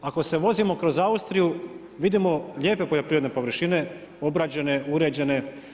Ako se vozimo kroz Austriju vidimo lijepe poljoprivredne površine obrađene, uređene.